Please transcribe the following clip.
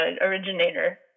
originator